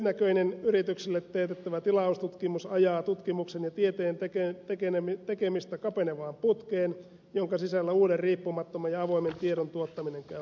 lyhytnäköinen yrityksille teetettävä tilaustutkimus ajaa tutkimuksen ja tieteen tekemistä kapenevaan putkeen jonka sisällä uuden riippumattoman ja avoimen tiedon tuottaminen käy mahdottomaksi